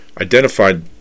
identified